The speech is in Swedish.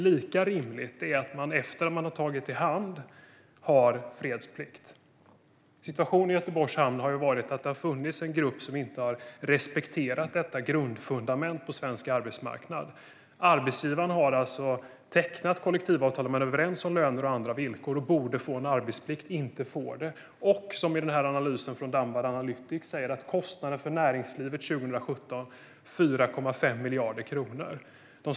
Lika rimligt är att man efter det att man har tagit i hand har fredsplikt. Situationen i Göteborgs hamn har varit att det har funnits en grupp som inte har respekterat detta fundament på svensk arbetsmarknad. Arbetsgivarna har tecknat kollektivavtal och är överens om löner och andra villkor. Man borde få en arbetsplikt men får det inte. Enligt analysen från Damvad Analytics har kostnaden för näringslivet under 2017 varit 4,5 miljarder kronor.